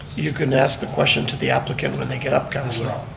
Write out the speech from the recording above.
you can ask the question to the applicant when they get up, councilor.